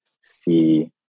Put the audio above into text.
see